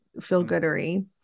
feel-goodery